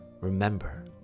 remember